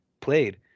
played